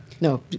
No